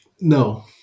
No